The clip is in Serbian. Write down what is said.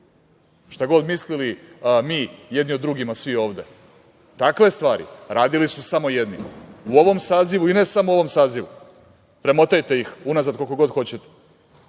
šta god mi mislili jedni o drugima svi ovde. Takve stvari radili su samo jedni u ovom sazivu i ne samo u ovom sazivu, premotajte ih unazad koliko god hoćete,